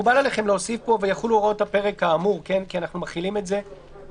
לדעתי צריך להכפיף אותו להוראות פרק זה כי לתאגיד בהפעלה